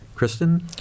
Kristen